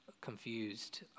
confused